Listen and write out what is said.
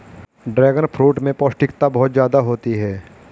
dragon fruit में पौष्टिकता बहुत ज्यादा होती है